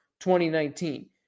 2019